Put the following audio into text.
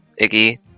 Iggy